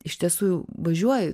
iš tiesų važiuoju